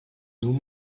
nous